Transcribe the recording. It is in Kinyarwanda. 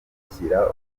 gushigikira